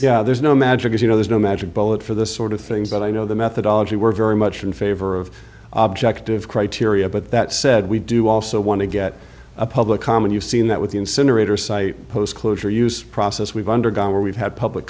owens there's no magic you know there's no magic bullet for this sort of things that i know the methodology we're very much in favor of object of criteria but that said we do also want to get a public comment you've seen that with the incinerator site post closure use process we've undergone where we've had public